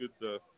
good